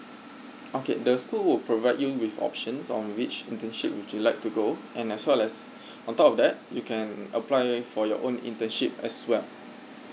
okay the school will provide you with options on which internship would you like to go and as well as on top of that you can apply for your own internship as well